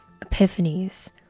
epiphanies